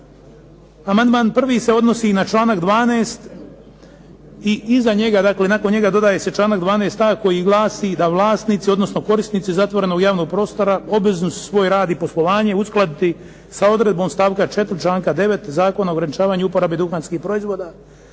Amandman prvi se odnosi na članak 12. i iza njega, dakle nakon njega dodaje se članak 12.a koji glasi da vlasnici odnosno korisnici zatvorenog javnog prostora obvezni su svoj rad i poslovanje uskladiti sa odredbom stavka 4. članka 9. Zakona o ograničavanju uporabe duhanskih proizvoda,